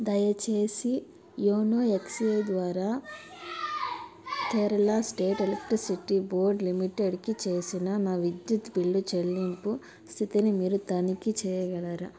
దయచేసి YONO SBI ద్వారా Kerala State Electricity Board లిమిటెడ్కి చేసిన నా విద్యుత్ బిల్లు చెల్లింపు స్థితిని మీరు తనిఖీ చేయగలరా